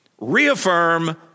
Reaffirm